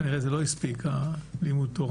כנראה זה לא הספיק, לימוד התורה.